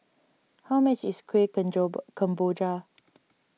how much is Kueh Kemboja